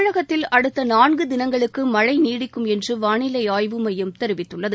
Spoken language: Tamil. தமிழகத்தில் அடுத்த நான்கு தினங்களுக்கு மழை நீடிக்கும் என்று வானிலை ஆய்வு மையம் தெரிவித்துள்ளது